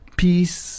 peace